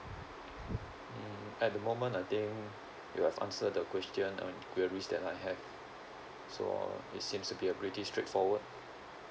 mm at the moment I think you have answered the question and queries that I have so it seems to be a pretty straightforward